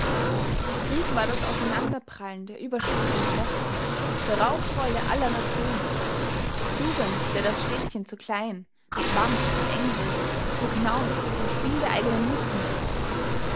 krieg war das aufeinanderprallen der überschüssigen kräfte der raufbolde aller nationen jugend der das städtchen zu klein das wams zu eng wurde zog hinaus vom spiel der eigenen muskeln berauscht